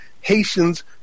Haitians